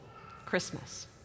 Christmas